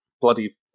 Bloody